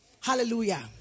Hallelujah